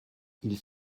ils